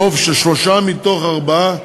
ברוב של שלושה מתוך ארבעה,